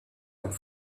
comme